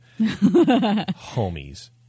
homies